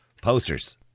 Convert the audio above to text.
posters